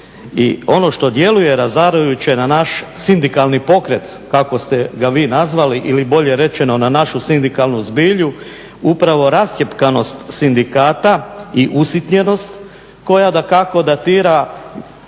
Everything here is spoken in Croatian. ono što djeluje razarajuće na naš sindikalni pokret kako ste ga vi nazvali ili bolje rečeno na našu sindikalnu zbilju upravo rascjepkanost sindikata i usitnjenost koja dakako datira